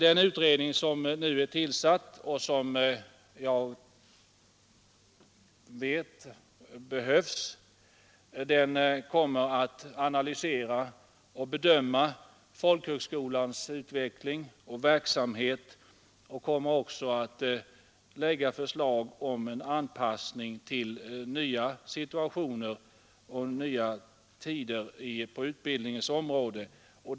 Den utredning som nu är tillsatt, och som jag vet behövs, kommer att analysera och bedöma folkhögskolans utveckling och verksamhet. Den kommer också att lägga fram förslag om en anpassning till nya situationer och nya tider på utbildningens område.